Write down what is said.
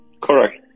correct